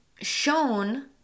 shown